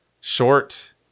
short